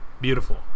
beautiful